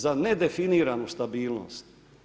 Za nedefiniranu stabilnost.